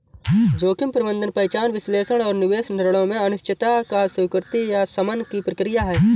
जोखिम प्रबंधन पहचान विश्लेषण और निवेश निर्णयों में अनिश्चितता की स्वीकृति या शमन की प्रक्रिया है